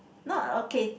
no okay